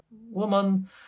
woman